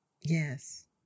Yes